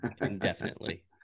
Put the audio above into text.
indefinitely